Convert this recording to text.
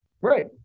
Right